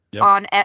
on